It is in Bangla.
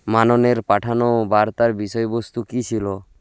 মাননের পাঠানো বার্তার বিষয়বস্তু কী ছিল